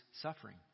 suffering